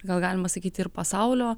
gal galima sakyti ir pasaulio